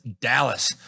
Dallas